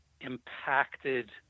impacted